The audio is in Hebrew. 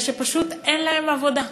אלא כי פשוט אין להם עבודה.